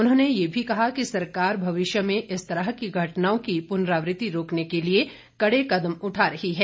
उन्होंने यह भी कहा कि सरकार भविष्य में इस तरह की घटनाओं की पुनरावृत्ति रोकने के लिए कड़े कदम उठा रही है